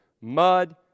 mud